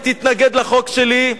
ותתנגד לחוק שלי,